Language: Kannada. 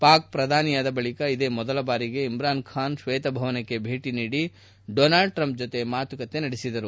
ಪಾಕ್ ಪ್ರಧಾನಿಯಾದ ಬಳಿಕ ಮೊದಲ ಬಾರಿಗೆ ಇಮ್ರಾನ್ ಖಾನ್ ಶ್ವೇತ ಭವನಕ್ಕೆ ಭೇಟಿ ನೀಡಿ ಡೊನಾಲ್ಡ್ ಟ್ರಂಪ್ ಜೊತೆ ಮಾತುಕತೆ ನಡೆಸಿದರು